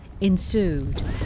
ensued